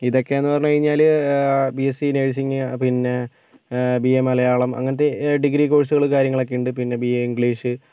ഇതൊക്കെ എന്ന് പറഞ്ഞ് കഴിഞ്ഞാല് ബി എസ് സി നഴ്സിംഗ് പിന്നെ ബി എ മലയാളം അങ്ങനത്തെ ഡിഗ്രി കോഴ്സുകളും കാര്യങ്ങളൊക്കെ ഉണ്ട് പിന്നെ ബി എ ഇംഗ്ലീഷ്